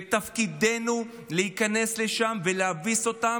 ותפקידנו הוא להיכנס לשם ולהביס אותם